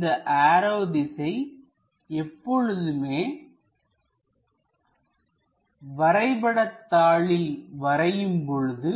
இந்த ஆரோ திசை எப்பொழுதுமே வரைபடதாளில் வரையும் பொழுது